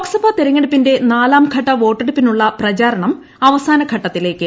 ലോക്സഭാ തിരഞ്ഞെടുപ്പിന്റെ നാലാംഘട്ട വോട്ടെടുപ്പിനുള്ള പ്രചാരണം അവസാന ഘട്ടത്തിലേയ്ക്ക്